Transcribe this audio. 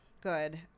good